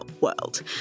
world